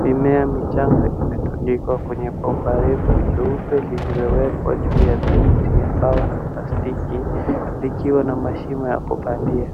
Mimea michanga imetundikwa kwenye bomba refu nyeupe lililowekwa juu ya miunzi ya mbao na plastiki likiwa na mashimo ya kupandia.